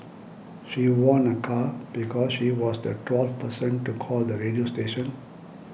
she won a car because she was the twelfth person to call the radio station